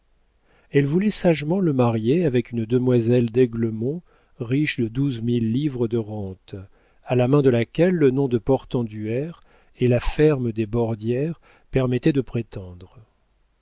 elle voulait sagement le marier avec une demoiselle d'aiglemont riche de douze mille livres de rentes à la main de laquelle le nom de portenduère et la ferme des bordières permettaient de prétendre